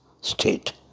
state